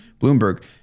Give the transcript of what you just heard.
Bloomberg